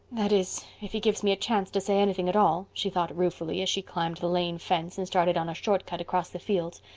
that is, if he gives me a chance to say anything at all, she thought ruefully, as she climbed the lane fence and started on a short cut across the fields,